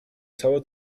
cała